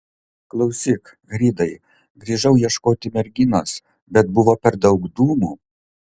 klausyk ridai grįžau ieškoti merginos bet buvo per daug dūmų